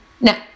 now